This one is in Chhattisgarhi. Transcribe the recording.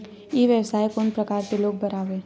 ई व्यवसाय कोन प्रकार के लोग बर आवे?